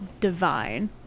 divine